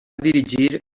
dirigir